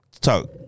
Talk